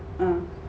a'ah